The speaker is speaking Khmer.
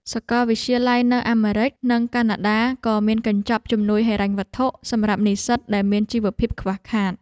សាកលវិទ្យាល័យនៅអាមេរិក និងកាណាដាក៏មានកញ្ចប់ជំនួយហិរញ្ញវត្ថុសម្រាប់និស្សិតដែលមានជីវភាពខ្វះខាត។